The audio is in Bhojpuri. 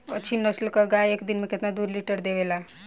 अच्छी नस्ल क गाय एक दिन में केतना लीटर दूध देवे ला?